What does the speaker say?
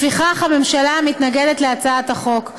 לפיכך, הממשלה מתנגדת להצעת החוק.